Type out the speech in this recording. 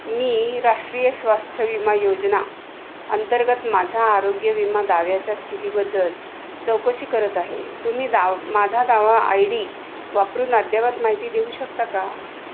मी राष्ट्रीय स्वास्थ्य विमा योजना अंतर्गत माझा आरोग्य विमा दाव्याच्या स्थितीबद्दल चौकशी करत आहे तुम्ही दा माझा दावा आय डी वापरून अद्ययावत माहिती देऊ शकता का